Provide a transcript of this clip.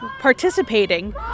participating